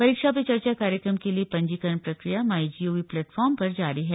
परीक्षा पे चर्चा कार्यक्रम के लिए पंजीकरण प्रक्रिया माईजीओवी प्लेटफॉर्म पर जारी है